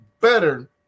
better